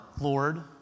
Lord